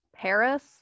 Paris